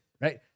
right